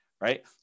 Right